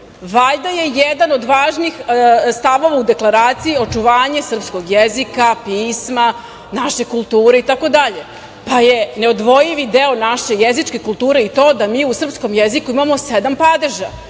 Valjda je jedan od važnijih stavova u deklaraciji očuvanje srpskog jezika, pisma, naše kulture itd. pa je neodvojivi deo naše jezičke kulture i to da mi u srpskom jeziku imamo sedam padeža